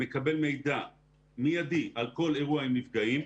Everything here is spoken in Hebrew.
מקבל מידע מיידי על כל אירוע עם נפגעים,